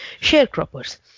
sharecroppers